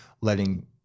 letting